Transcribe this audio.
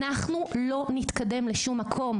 ככה לא נתקדם לשום מקום.